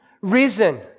risen